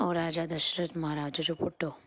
ऐं राजा दशरथ महाराज जो पुटु हो